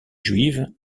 juive